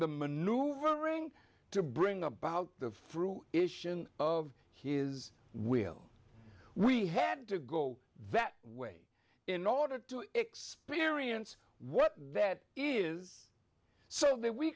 the maneuvering to bring about the fruit ition of he is will we had to go that way in order to experience what that is so that we